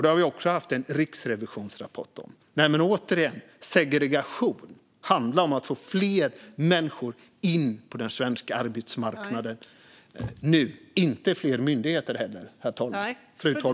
Det har vi också haft en rapport från Riksrevisionen om. Men återigen, segregation handlar om att få fler människor in på den svenska arbetsmarknaden nu och inte att få fler myndigheter.